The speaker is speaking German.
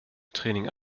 training